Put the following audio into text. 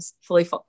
fully